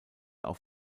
auf